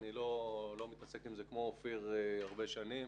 אני לא מתעסק עם זה כמו אופיר הרבה שנים.